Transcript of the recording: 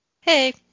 Hey